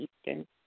Eastern